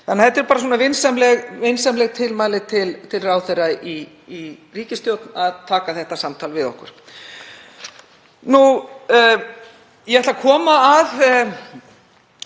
brjósti. Þetta eru bara svona vinsamleg tilmæli til ráðherra í ríkisstjórn að taka þetta samtal við okkur. Ég ætla að koma að